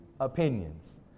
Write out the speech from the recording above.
opinions